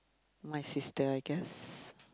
my sister I guess